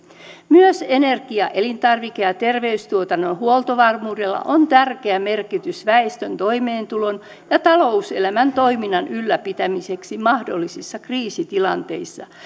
myös energia elintarvike ja ja terveystuotannon huoltovarmuudella on tärkeä merkitys väestön toimeentulon ja talouselämän toiminnan ylläpitämiseksi mahdollisissa kriisitilanteissa